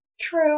true